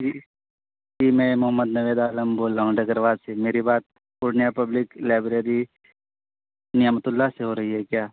جی جی میں محمد نوید عالم بول رہا ہوں ڈگروا سے میری بات پورنیہ پبلک لائبریری نعمت اللہ سے ہو رہی ہے کیا